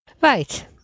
right